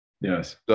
Yes